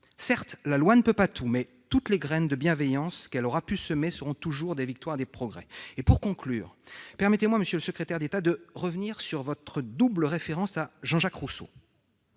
Certes, la loi ne peut pas tout. Mais toutes les graines de bienveillance qu'elle aura pu semer seront toujours des victoires et des progrès. Pour conclure, permettez-moi, monsieur le secrétaire d'État, de revenir sur votre double référence à Jean-Jacques Rousseau